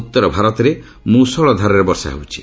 ଉତ୍ତର ଭାରତରେ ମୃଷଳଧାରାରେ ବର୍ଷା ହେଉଛି